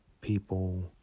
people